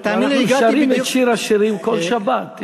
אנחנו שרים את שיר השירים כל שבת.